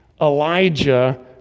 Elijah